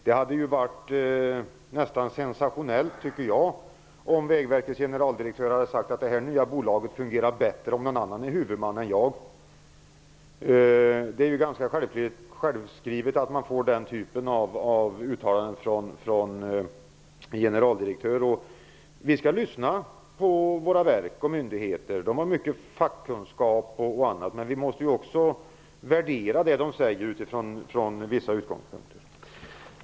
Det hade ju varit nästan sensationellt om Vägverkets generaldirektör hade sagt att det nya bolaget skulle fungera bättre med någon annan än han som huvudman. Det är ganska självskrivet att man får den typen av uttalande, som vi fick, från en generaldirektör. Vi skall lyssna på våra verk och myndigheter. De har mycket fackkunskap, men vi måste också värdera vad de säger utifrån vissa utgångspunkter.